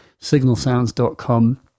Signalsounds.com